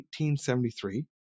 1873